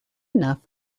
enough